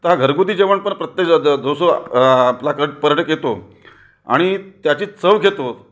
तर हा घरगुती जेवण पण प्रत्येक ज ज जो सो आपल्याकडे पर्यटक येतो आणि त्याची चव घेतो